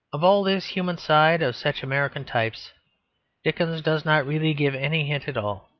of all this human side of such american types dickens does not really give any hint at all.